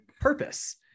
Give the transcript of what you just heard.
purpose